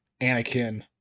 anakin